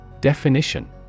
Definition